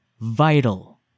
vital